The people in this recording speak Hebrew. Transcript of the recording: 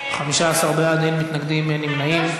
אין מתנגדים, אין נמנעים.